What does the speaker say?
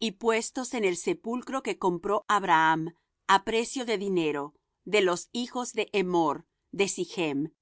y puestos en el sepulcro que compró abraham á precio de dinero de los hijos de hemor de sichm mas